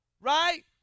right